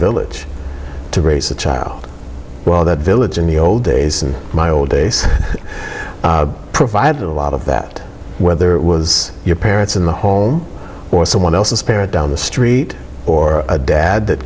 village to raise a child well that village in the old days and my old days provided a lot of that whether it was your parents in the home or someone else's parent down the street or a dad